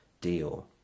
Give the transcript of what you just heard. deal